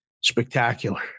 spectacular